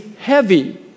heavy